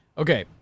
Okay